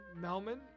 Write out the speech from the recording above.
Melman